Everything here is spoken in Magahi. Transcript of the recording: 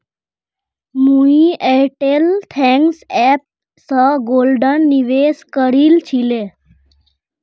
मुई एयरटेल थैंक्स ऐप स गोल्डत निवेश करील छिले